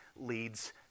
leads